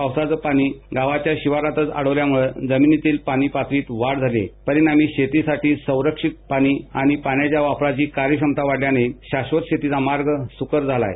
पावसाचं पाणी गावाच्या शिवारातच अडवून भूगर्भातील पाणी पातळीत वाढ झाल्यामुळे शेतीसाठी संरक्षित पाणी आणि पाण्याच्या वापराच्या कार्यक्षमतेतील वाढीमुळे शाश्वत शेतीचा मार्ग सुकर झाला आहे